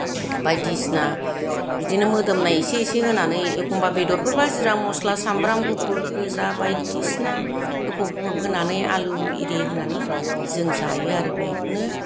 बायदिसिना बिदिनो मोदोमनाय इसे इसे होनानै एखम्बा बेदरफोरबा जिरा मसला सामब्राम गुफुर गोजा बायदिसिना होफब होफब होनानै आलु इरि होनानै जों जायो आरो बेखौनो